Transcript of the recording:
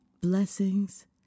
Blessings